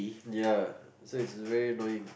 ya so it's very annoying